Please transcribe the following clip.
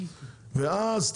ואז,